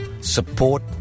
support